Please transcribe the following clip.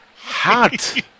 hot